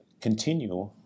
continue